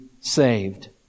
saved